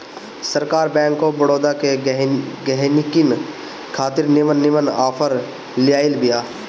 सरकार bank of Baroda के गहकिन खातिर निमन निमन आफर लियाइल बिया